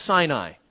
Sinai